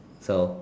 so